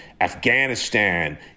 Afghanistan